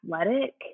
athletic